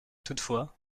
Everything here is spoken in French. toutefois